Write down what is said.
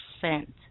percent